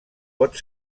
pot